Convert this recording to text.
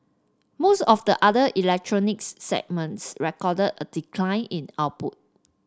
most of the other electronics segments recorded a decline in output